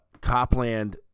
Copland